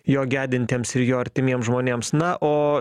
jo gedintiems ir jo artimiems žmonėms na o